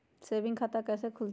Saving खाता कैसे खुलतई?